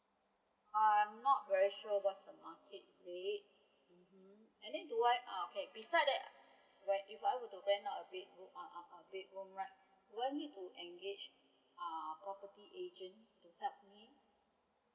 I am not very sure what's the market rate mmhmm and then do I uh okay besides that do I if I would to rent out a bedroom uh uh a bedroom right do I nneed to engage uh property agent to help me